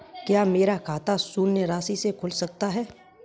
क्या मेरा खाता शून्य राशि से खुल सकता है?